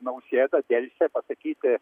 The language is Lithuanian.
nausėda delsia pasakyti